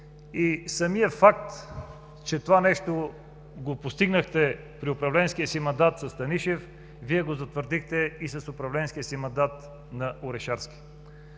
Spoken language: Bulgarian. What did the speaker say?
Самият факт, че това нещо го постигнахте при управленския си мандат със Станишев, Вие го затвърдихте и с управленския си мандат на Орешарски.